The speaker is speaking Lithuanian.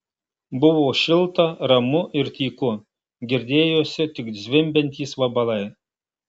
buvo šilta ramu ir tyku girdėjosi tik zvimbiantys vabalai